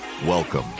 Welcome